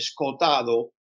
Escotado